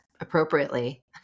appropriately